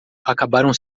acabaram